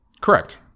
Correct